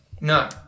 No